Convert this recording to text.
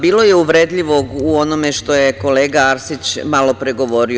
Bilo je uvredljivog u onome što je kolega Arsić malopre govorio.